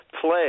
play